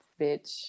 bitch